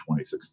2016